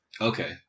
Okay